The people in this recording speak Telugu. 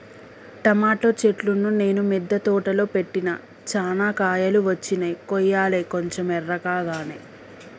టమోటో చెట్లును నేను మిద్ద తోటలో పెట్టిన చానా కాయలు వచ్చినై కొయ్యలే కొంచెం ఎర్రకాగానే